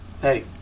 Hey